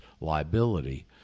liability